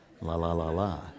la-la-la-la